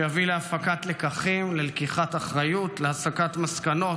שיביא להפקת לקחים, ללקיחת אחריות, להסקת מסקנות